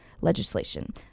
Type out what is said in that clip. legislation